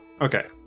Okay